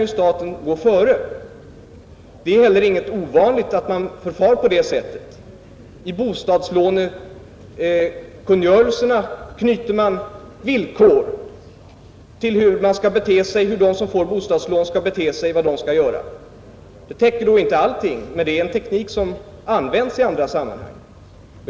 Det är heller inget ovanligt att man förfar på det sättet. I bostadslånekungörelserna anger man villkor om hur de som får bostadslån skall bete sig och vad de skall göra. Det täcker då inte allting, men det är en teknik som används i dylika sammanhang.